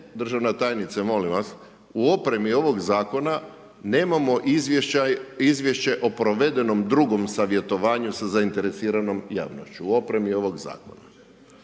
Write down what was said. državna tajnice molim vas, u opremi ovoga Zakona nemamo izvješće o provedenom drugom savjetovanju sa zainteresiranom javnošću u opremi ovoga zakona.